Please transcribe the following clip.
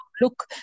look